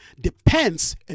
depends